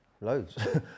Loads